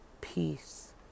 peace